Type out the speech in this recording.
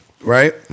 Right